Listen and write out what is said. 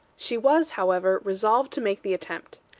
she was, however, resolved to make the attempt.